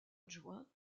adjoint